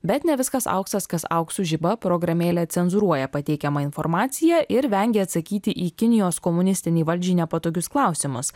bet ne viskas auksas kas auksu žiba programėlė cenzūruoja pateikiamą informaciją ir vengia atsakyti į kinijos komunistinei valdžiai nepatogius klausimus